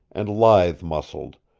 and lithe-muscled,